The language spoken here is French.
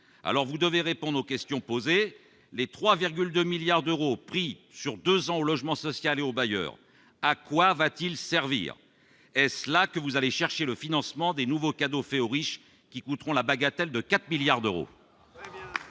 alors vous devez répondre aux questions posées, les 3,2 milliards d'euros pris sur 2 ans au logement social et aux bailleurs, à quoi va-t-il servir est cela que vous allez chercher le financement des nouveaux cadeau fait aux riches qui coûteront la bagatelle de 4 milliards d'euros.